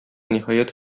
ниһаять